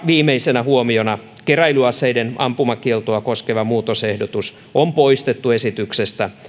viimeisenä huomiona keräilyaseiden ampumakieltoa koskeva muutosehdotus on poistettu esityksestä